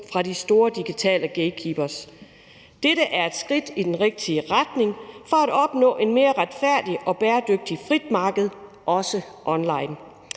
fra de store digitale gatekeepere. Dette er et skridt i den rigtige retning mod at opnå et mere retfærdigt og bæredygtigt frit marked, også online.